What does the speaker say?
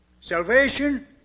Salvation